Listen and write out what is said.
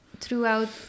throughout